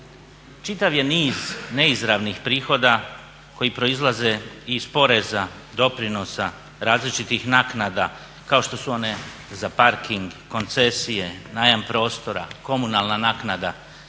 čitav je niz neizravnih prihoda koji proizlaze iz poreza, doprinosa, različitih naknada kao što su one za parking, koncesije, najam prostora, komunalan naknada.